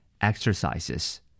Exercises